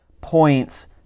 points